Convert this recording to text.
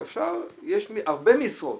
יש הרבה משרות,